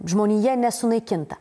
žmonija nesunaikinta